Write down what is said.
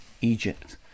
Egypt